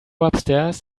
upstairs